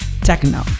techno